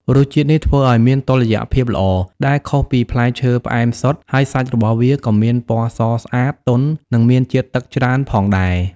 រសជាតិនេះធ្វើឲ្យមានតុល្យភាពល្អដែលខុសពីផ្លែឈើផ្អែមសុទ្ធ ហើយសាច់របស់វាក៏មានពណ៌សស្អាត ទន់ និងមានជាតិទឹកច្រើនផងដែរ។